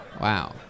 wow